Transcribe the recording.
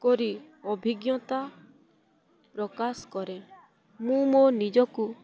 କରି ଅଭିଜ୍ଞତା ପ୍ରକାଶ କରେ ମୁଁ ମୋ ନିଜକୁ